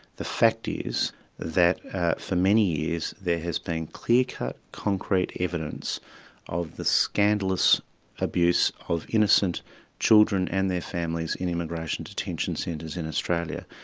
the fact is that for many years there has been clear-cut, concrete evidence of the scandalous abuse of innocent children and their families in immigration detention centres in australia.